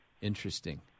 interesting